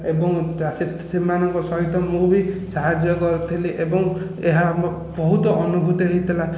ଏବଂ ସେମାନଙ୍କ ସହିତ ମୁଁ ବି ସାହାଯ୍ୟ କରିଥିଲି ଏବଂ ଏହା ମୋ ବହୁତ ଅନୁଭୂତି ହୋଇଥିଲା